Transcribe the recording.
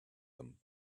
them